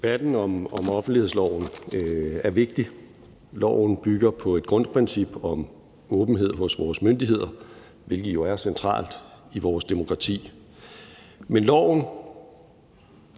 Debatten om offentlighedsloven er vigtig. Loven bygger på et grundprincip om åbenhed hos vores myndigheder, hvilket jo er centralt i vores demokrati. Men loven